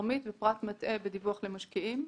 תרמית ופרט מטעה בדיווח למשקיעים.